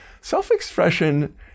Self-expression